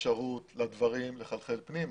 אפשרות לדברים לחלחל פנימה.